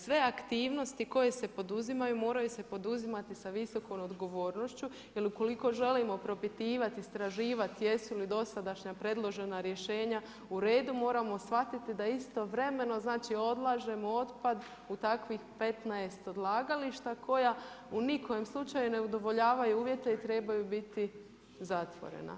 Sve aktivnosti koje se poduzimaju moraju se poduzimati sa visokom odgovornošću jer ukoliko želimo propitivati, istraživati jesu li dosadašnja predložena rješenja u redu moramo shvatiti da istovremeno znači odlažemo otpad u takvih 15 odlagališta koja u nikojem slučaju ne udovoljavaju uvjete i trebaju biti zatvorena.